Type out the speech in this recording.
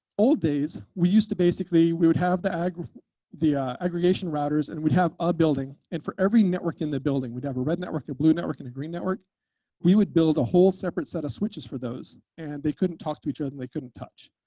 old days, we used to basically we would have the aggregation the aggregation routers and we'd have a ah building. and for every network in the building we'd have a red network, a blue network, and a green network we would build a whole separate set of switches for those and they couldn't talk to each other ah and they couldn't touch.